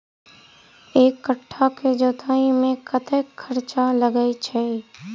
एक कट्ठा केँ जोतय मे कतेक खर्चा लागै छै?